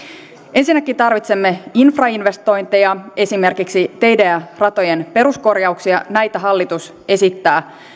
ensinnäkin tarvitsemme infrainvestointeja esimerkiksi teiden ja ratojen peruskorjauksia näitä hallitus esittää